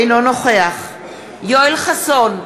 אינו נוכח יואל חסון,